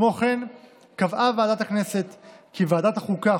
כמו כן קבעה ועדת הכנסת כי ועדת החוקה,